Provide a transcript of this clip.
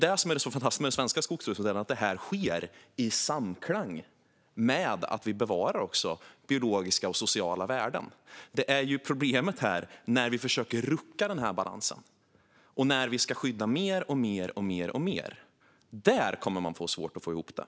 Det som är så fantastiskt är att det här sker i samklang med att vi bevarar biologiska och sociala värden. Problemet är om vi försöker rucka den här balansen och ska skydda mer och mer. Då kommer vi att få svårt att få ihop det.